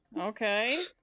Okay